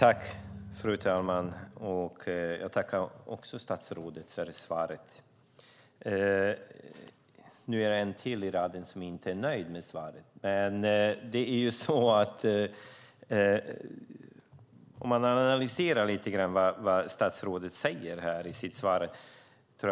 Fru talman! Jag tackar också statsrådet för svaret. Jag är en till i raden som inte är nöjd med svaret. Man kan analysera lite grann vad statsrådet säger i sitt svar.